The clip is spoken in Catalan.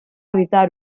evitar